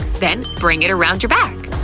then bring it around your back.